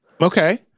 Okay